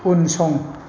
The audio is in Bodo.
उनसं